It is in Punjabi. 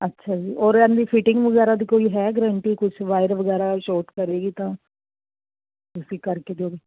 ਅੱਛਾ ਜੀ ਔਰ ਐਨਦੀ ਫਿਟਿੰਗ ਵਗੈਰਾ ਦੀ ਕੋਈ ਹੈ ਗਰੰਟੀ ਕੁਛ ਵਾਇਰ ਵਗੈਰਾ ਸ਼ੋਰਟ ਕਰੇਗੀ ਤਾਂ ਤੁਸੀਂ ਕਰਕੇ ਜੋ